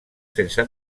sense